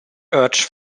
urged